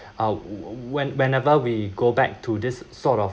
uh when whenever we go back to this sort of